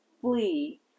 flee